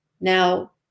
Now